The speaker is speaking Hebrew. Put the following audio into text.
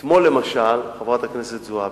אתמול, למשל, חברת הכנסת זועבי,